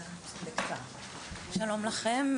שלום לכם.